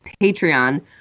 Patreon